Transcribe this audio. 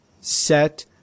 set